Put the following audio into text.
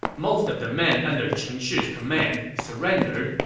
most of the men under chen shi's command surrendered,